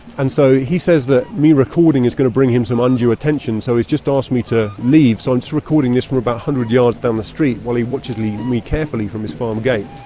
and so he says that me recording is going to bring him some undue attention, so he's just asked me to leave. so i'm just recording this from about one hundred yards down the street while he watches me me carefully from his farm gate.